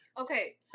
Okay